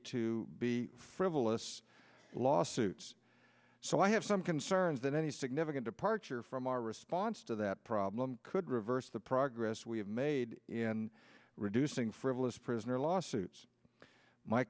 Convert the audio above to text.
to be frivolous lawsuits so i have some concerns that any significant departure from our response to that problem could reverse the progress we have made in reducing frivolous prison or lawsuits my